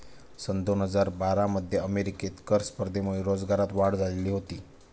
सन दोन हजार बारा मध्ये अमेरिकेत कर स्पर्धेमुळे रोजगारात वाढ झालेली होती